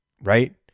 right